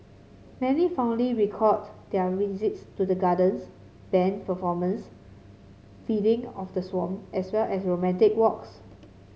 many fondly recalled their visits to the gardens band performance feeding of the swan as well as romantic walks